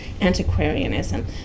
antiquarianism